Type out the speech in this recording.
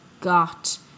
got